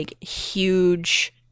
huge